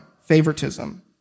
favoritism